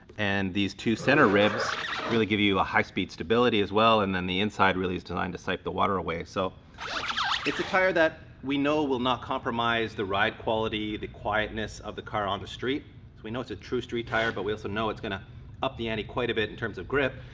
and these two centre ribs really give you a high speed stability as well. and then the inside really is designed to sipe the water away. so it's a tyre that we know will not compromise the ride quality, the quietness of the car on the street, because we know it's a true street tyre. but we also know it's gonna up the ante quite a bit in terms of grip,